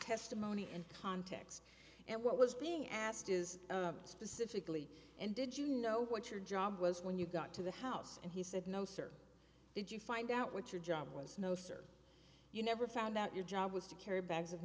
testimony in context and what was being asked is specifically and did you know what your job was when you got to the house and he said no sir did you find out what your job was no sir you never found that your job was to carry bags of